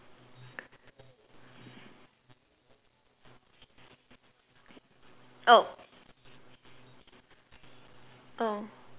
oh oh